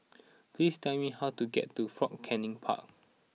please tell me how to get to Fort Canning Park